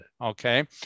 okay